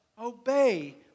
Obey